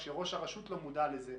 כשראש הרשות לא מודע לזה,